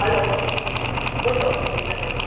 hello બોલો વિકાસ ભાઈ